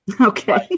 Okay